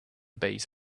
base